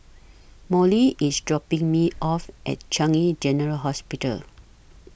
Mollie IS dropping Me off At Changi General Hospital